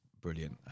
Brilliant